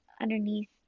underneath